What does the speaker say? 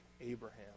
Abraham